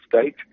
state